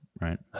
Right